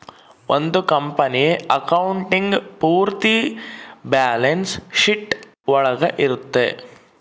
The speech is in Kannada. ಒಂದ್ ಕಂಪನಿ ಅಕೌಂಟಿಂಗ್ ಪೂರ್ತಿ ಬ್ಯಾಲನ್ಸ್ ಶೀಟ್ ಒಳಗ ಇರುತ್ತೆ